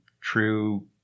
true